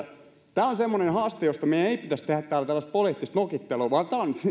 tämä on sellainen haaste josta meidän ei pitäisi tehdä täällä tällaista poliittista nokittelua vaan tämä on